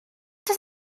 does